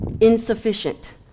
insufficient